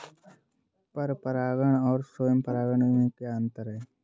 पर परागण और स्वयं परागण में क्या अंतर है?